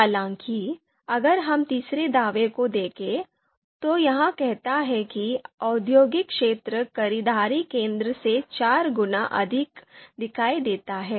हालांकि अगर हम तीसरे दावे को देखें तो यह कहता है कि औद्योगिक क्षेत्र खरीदारी केंद्र से चार गुना अधिक दिखाई देता है